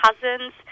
cousins